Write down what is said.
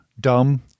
dumb